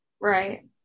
Right